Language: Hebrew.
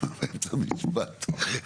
אבל אני באמצע משפט.